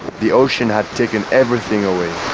the ocean had taken everything away.